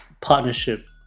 partnership